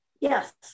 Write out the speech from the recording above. Yes